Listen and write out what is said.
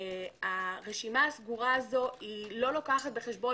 הרשימה הסגורה הזאת לא לוקחת בחשבון